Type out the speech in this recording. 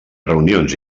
reunions